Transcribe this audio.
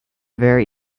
very